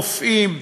רופאים,